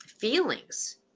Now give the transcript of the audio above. feelings